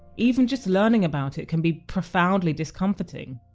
even just learning about it can be profoundly discomfiting.